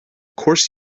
course